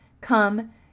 come